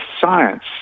science